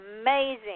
amazing